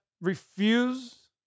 refuse